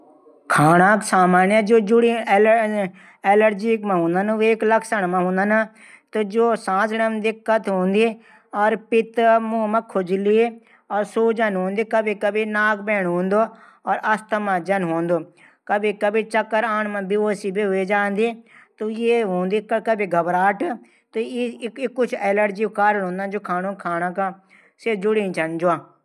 खाने की जू कुछ सामान्य एलर्जी मा हूंदन वेक लक्षण जू सांस लीण मा दिक्कत हूंदी पित मुख मा खुजली और सूजन हूंदी तभी नाक बैण हूदू अस्थमा जन हूदू कभी त चक्कर आणू जन भी हवेग्या जाःदू त ई कुछ एलर्जी कारण हूंदन।